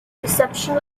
reception